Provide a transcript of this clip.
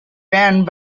banned